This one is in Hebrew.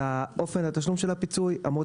זה בעצם התיקון שהקראת עכשיו?